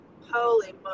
Holy